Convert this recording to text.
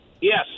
Yes